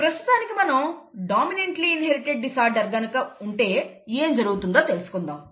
ప్రస్తుతానికి మనం dominantly inherited disorder గనుక ఉంటే ఏం జరుగుతుందో తెలుసుకుందాం